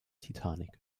titanic